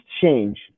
change